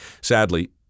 Sadly